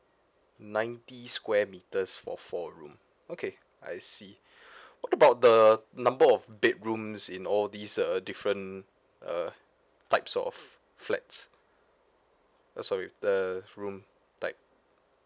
ninety square meters for four room okay I see what about the number of bedrooms in all these uh different uh types of flats uh sorry the room type